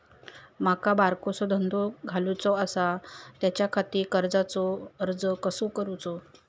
माका बारकोसो धंदो घालुचो आसा त्याच्याखाती कर्जाचो अर्ज कसो करूचो?